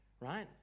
Right